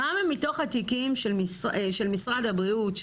כמה מתוך התיקים של משרד הבריאות,